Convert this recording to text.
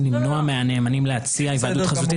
למנוע מהנאמנים להציע היוועדות חזותית.